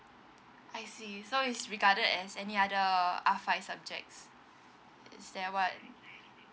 I see so is regarded as any other R five subjects is that what